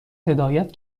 هدایت